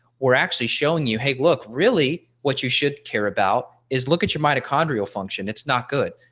we're actually showing you, hey look really what you should care about is look at your mitochondrial function, it's not good.